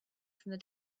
from